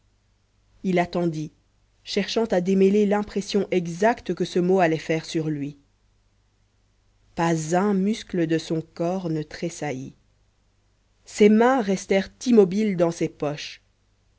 il attendit cherchant à démêler l'impression exacte que ce mot allait faire sur lui pas un muscle de son corps ne tressaillit ses mains restèrent immobiles dans ses poches